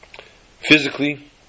Physically